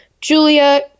Julia